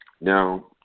Now